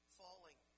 falling